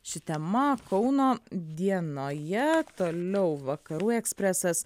ši tema kauno dienoje toliau vakarų ekspresas